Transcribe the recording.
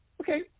okay